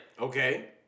Okay